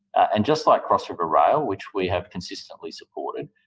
and just like cross-river rail, which we have consistently supported,